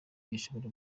gishobora